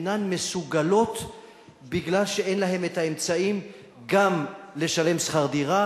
אינן מסוגלות מפני שאין להן האמצעים גם לשלם שכר דירה,